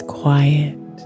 quiet